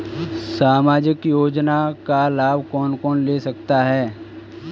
सामाजिक योजना का लाभ कौन कौन ले सकता है?